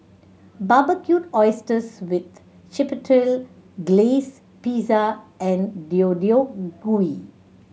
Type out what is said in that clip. Barbecued Oysters with Chipotle Glaze Pizza and Deodeok Gui